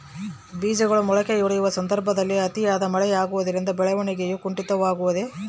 ಬೇಜಗಳು ಮೊಳಕೆಯೊಡೆಯುವ ಸಂದರ್ಭದಲ್ಲಿ ಅತಿಯಾದ ಮಳೆ ಆಗುವುದರಿಂದ ಬೆಳವಣಿಗೆಯು ಕುಂಠಿತವಾಗುವುದೆ?